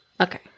Okay